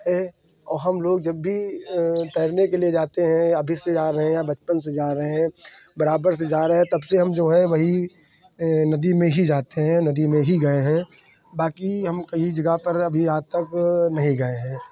है और हम लोग जब भी तैरने के लिए जाते हैं अभी से जा रहे हैं या बचपन से जा रहे हैं बराबर से जा रहे हैं तब से हम जो है वही नदी में ही जाते हैं नदी में ही गए है बाकी हम कहीं जगह पर अभी आज तक नहीं गए हैं